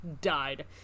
died